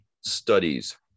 studies